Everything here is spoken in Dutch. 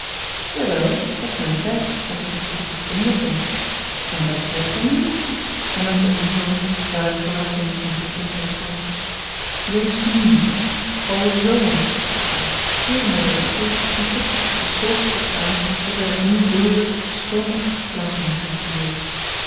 wel op mijn tijd als ik er toe gedisponeerd ben en dat zijt ge nu niet hernam zij op een toon waaruit verrassing en gekrenktheid spraken juist nù niet o zoo bracht zij uit keerde mij den rug toe en sloeg de toetsen zoo forsch aan dat wij opnieuw wilde stormachtige klanken moesten verduren